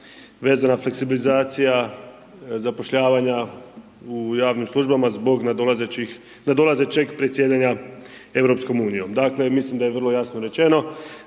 vezana fleksibilizacija zapošljavanja u javnim službama zbog nadolazećih, nadolazećeg predsjedanja EU. Dakle, mislim da je vrlo jasno rečeno